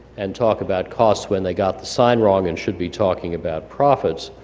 and talk about costs when they got the sign wrong, and should be talking about profits.